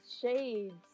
shades